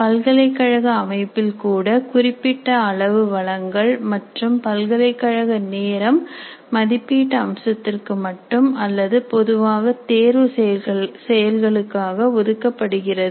பல்கலைக்கழக அமைப்பில் கூட குறிப்பிட்ட அளவு வளங்கள் மற்றும் பல்கலைக்கழக நேரம் மதிப்பீட்டு அம்சத்திற்கு மட்டும் அல்லது பொதுவாக தேர்வு செயல்களுக்காக ஒதுக்கப்படுகிறது